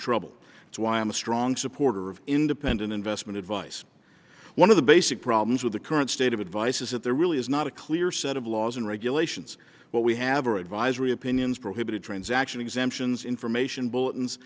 i'm a strong supporter of independent investment advice one of the basic problems with the current state of advice is that there really is not a clear set of laws and regulations what we have are advisory opinions prohibited transaction exemptions information bulletins